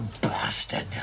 bastard